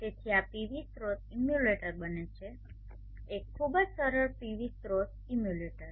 તેથી આ પીવી સ્રોત ઇમ્યુલેટર બને છે એક ખૂબ જ સરળ પીવી સ્રોત ઇમ્યુલેટર